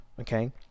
okay